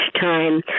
time